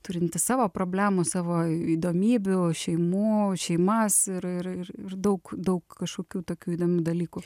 turintys savo problemų savo įdomybių šeimų šeimas ir ir ir ir daug daug kažkokių tokių įdomių dalykų